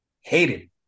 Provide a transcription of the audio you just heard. hated